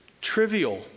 trivial